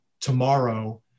tomorrow